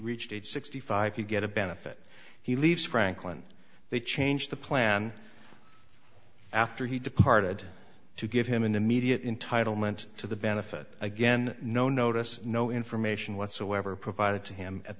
reached age sixty five you get a benefit he leaves frankland they change the plan after he departed to give him an immediate in title meant to the benefit again no notice no information whatsoever provided to him at